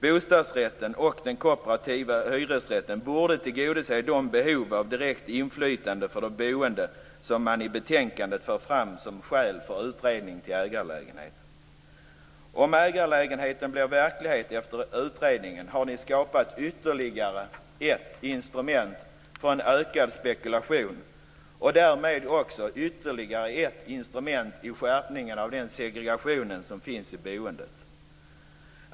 Bostadsrätten och den kooperativa hyresrätten borde tillgodose de behov av direkt inflytande för de boende som man i betänkandet för fram som skäl för utredning av ägarlägenheter. Om ägarlägenheter blir verklighet efter utredningen, har ni skapat ytterligare ett instrument för ökad spekulation och därmed ytterligare segregation i boendet.